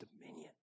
dominion